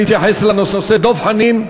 להתייחס לנושא: דב חנין,